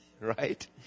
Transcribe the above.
Right